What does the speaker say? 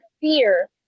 fear